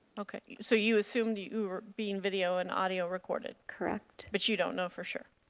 okay. so you assumed you were being video and audio recorded? correct. but you don't know for sure?